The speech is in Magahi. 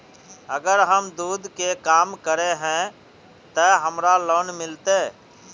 अगर हम दूध के काम करे है ते हमरा लोन मिलते?